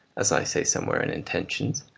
as i say somewhere in intentions,